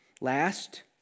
Last